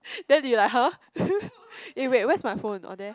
then you like !huh! eh wait where's my phone orh there